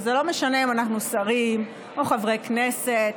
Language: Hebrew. וזה לא משנה אם אנחנו שרים או חברי כנסת,